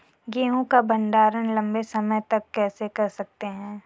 गेहूँ का भण्डारण लंबे समय तक कैसे कर सकते हैं?